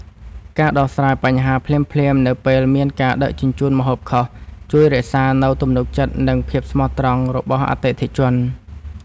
ការដោះស្រាយបញ្ហាភ្លាមៗនៅពេលមានការដឹកជញ្ជូនម្ហូបខុស ជួយរក្សានូវទំនុកចិត្តនិងភាពស្មោះត្រង់របស់អតិថិជន។